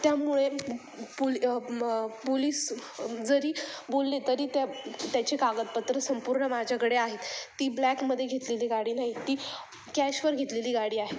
त्यामुळे पुली पुलीस जरी बोलले तरी त्या त्याचे कागदपत्र संपूर्ण माझ्याकडे आहेत ती ब्लॅकमध्ये घेतलेली गाडी नाही ती कॅशवर घेतलेली गाडी आहे